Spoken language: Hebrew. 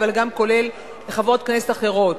אבל גם כולל חברות כנסת אחרות.